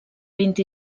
vint